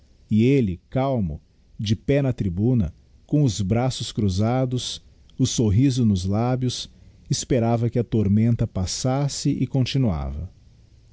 e elle calmo de pé na tribuna com os braços cruzados o sorriso nos lábios esperava que a tormenta passasse e continuava